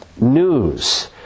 news